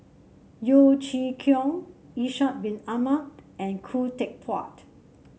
Yeo Chee Kiong Ishak Bin Ahmad and Khoo Teck Puat